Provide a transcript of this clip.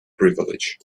privilege